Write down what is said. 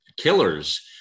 killers